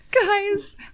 guys